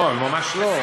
לא, ממש לא.